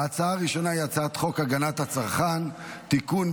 ההצעה הראשונה היא הצעת חוק הגנת הצרכן (תיקון,